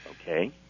okay